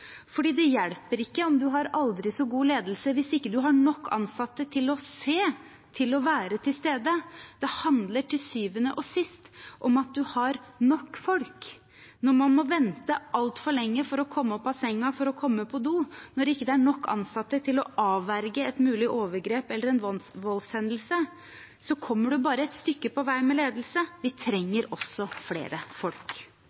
det hjelper ikke om man har aldri så god ledelse hvis ikke man har nok ansatte til å se, til å være til stede. Det handler til syvende og sist om at man har nok folk. Når man må vente altfor lenge for å komme opp av senga, for å komme på do, og når det ikke er nok ansatte til å avverge et mulig overgrep eller en voldshendelse, så kommer man bare et stykke på vei med ledelse. Vi